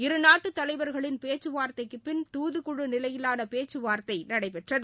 இரு நாட்டு தலைவர்களின் பேச்சுவார்த்தைக்கு பின் தூதுக்குழு நிலையிலான பேச்சுவார்த்தை நடைபெற்றது